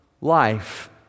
life